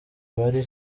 bari